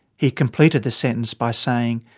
he completed the sentence by saying,